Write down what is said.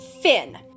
Finn